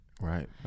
Right